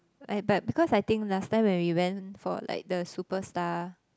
but because I think last time when we went for like the Superstar